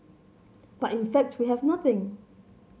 but in fact we have nothing